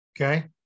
Okay